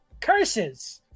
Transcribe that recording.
Curses